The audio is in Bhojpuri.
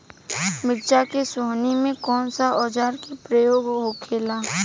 मिर्च के सोहनी में कौन सा औजार के प्रयोग होखेला?